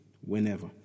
whenever